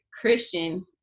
christian